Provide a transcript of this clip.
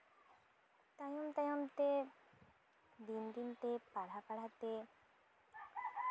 ᱛᱟᱭᱚᱢ ᱛᱟᱭᱚᱢᱛᱮ ᱫᱤᱱ ᱫᱤᱱᱛᱮ ᱯᱟᱲᱦᱟᱣ ᱯᱟᱲᱦᱟᱣ ᱛᱮ